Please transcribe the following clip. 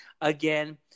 again